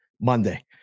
Monday